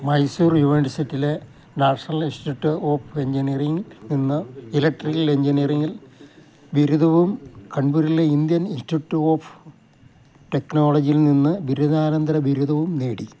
മൈസൂർ യൂണിവേഴ്സിറ്റിയിലെ national institute of എഞ്ചിനീയറിംഗിൽ നിന്ന് ഇലക്ട്രിക്കൽ എഞ്ചിനീയറിംഗിൽ ബിരുദവും കൺപൂരിലെ ഇന്ത്യൻ ഇൻസ്റ്റിറ്റ്യൂട്ട് ഓഫ് ടെക്നോളജിയിൽ നിന്ന് ബിരുദാനന്തര ബിരുദവും നേടി